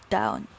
down